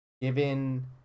given